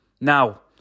Now